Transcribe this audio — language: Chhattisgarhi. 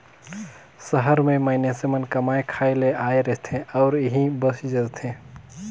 सहर में मइनसे मन कमाए खाए ले आए रहथें अउ इहें बइस जाथें